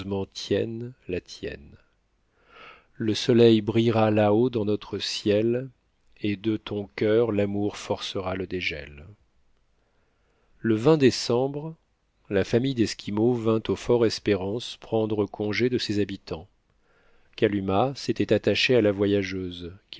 tienne la tienne le soleil brillera là-haut dans notre ciel et de ton coeur l'amour forcera le dégel le décembre la famille d'esquimauux vint au fort espérance prendre congé de ses habitants kalumah s'était attachée à la voyageuse